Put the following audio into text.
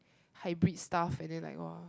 hybrid stuff and then like !wah!